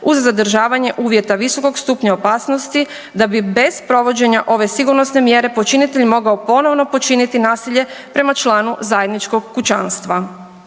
uz zadržavanje uvjeta visokog stupnja opasnosti da bi bez provođenja ove sigurnosne mjere počinitelj mogao ponovno počiniti nasilje prema članu zajedničkog kućanstva.